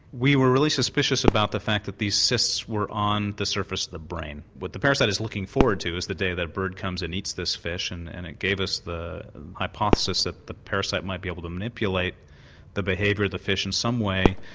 we were really suspicious about the fact that these cysts were on the surface of the brain. what the parasite is looking forward to is the day that bird comes and eats this fish and and it gave us the hypothesis that the parasite might be able to manipulate the behaviour of the fish in some way.